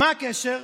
מה הקשר?